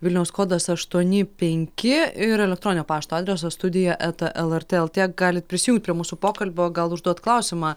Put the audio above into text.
vilniaus kodas aštuoni penki ir elektroninio pašto adresas studija eta lrt lt galit prisijungt prie mūsų pokalbio gal užduot klausimą